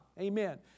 Amen